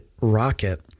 rocket